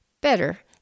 better